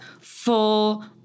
full